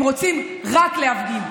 הם רוצים רק להפגין.